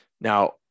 Now